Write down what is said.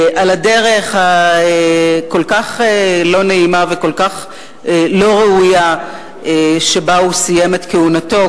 על הדרך הכל-כך לא נעימה וכל כך לא ראויה שבה הוא סיים את כהונתו,